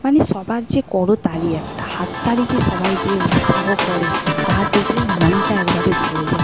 মানে সবার যে করতালি একটা হাততালি যে সবাই দিয়ে উৎসাহ করে তা দেখলেই মনটা একবারে ভরে যায়